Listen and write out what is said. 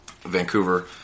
Vancouver